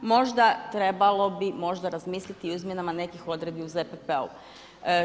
Možda trebalo bi, možda razmisliti o izmjenama nekih odredaba u ZPP-u.